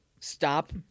stop